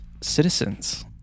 citizens